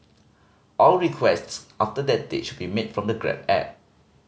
all requests after that date should be made from the Grab app